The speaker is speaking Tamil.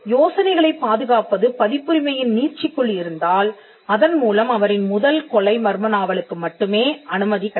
யோசனைகளைப் பாதுகாப்பது பதிப்புரிமையின் நீட்சிக்குள் இருந்தால் அதன் மூலம் அவரின் முதல் கொலை மர்ம நாவலுக்கு மட்டுமே அனுமதி கிடைக்கும்